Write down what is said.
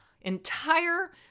entire